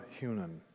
Hunan